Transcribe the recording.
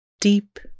Deep